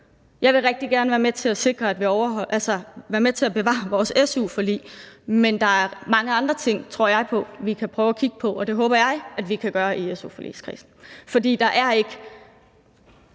Jeg vil rigtig gerne være med til at bevare vores su-forlig, men der er mange andre ting, tror jeg, vi kan prøve at kigge på, og det håber jeg at vi kan gøre i su-forligskredsen, for der er ikke